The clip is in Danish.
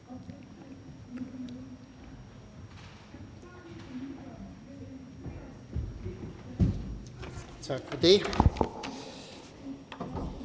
Tak for